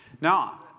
Now